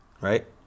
right